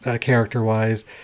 character-wise